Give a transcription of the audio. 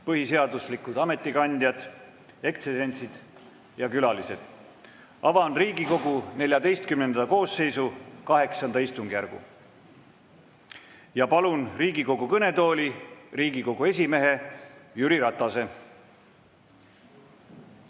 põhiseaduslikud ametikandjad, ekstsellentsid ja külalised! Avan Riigikogu XIV koosseisu VIII istungjärgu. Palun Riigikogu kõnetooli Riigikogu esimehe Jüri Ratase.